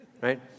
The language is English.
right